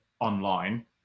online